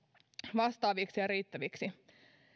vastaaviksi ja riittäviksi